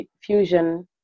fusion